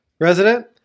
resident